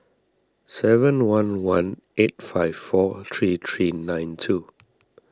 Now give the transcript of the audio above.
seven one one eight five four three three nine two